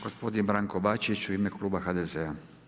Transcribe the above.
Gospodin Branko Bačić u ime Kluba HDZ-a.